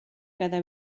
cada